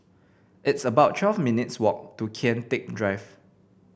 it's about twelve minutes' walk to Kian Teck Drive